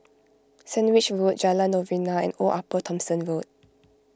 Sandwich Road Jalan Novena and Old Upper Thomson Road